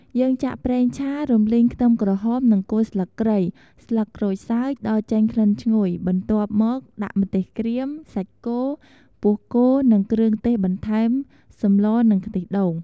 យើងចាក់ប្រេងឆា រំលីងខ្ទឺម ក្រហម និងគល់ស្លឹកគ្រៃ ស្លឹកក្រូចសើច ដល់ចេញក្លិនឈ្ងុយ បន្ទាប់ដាក់ម្ទេសក្រៀម សាច់គោ ពោះគោ និងគ្រឿងទេស បន្ថែមសម្ល និងខ្ទះដូង។